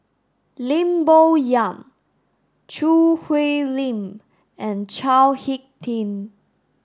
Lim Bo Yam Choo Hwee Lim and Chao Hick Tin